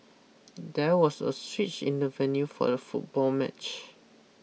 there was a switch in the venue for the football match